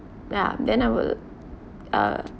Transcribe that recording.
ya then I will uh